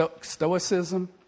Stoicism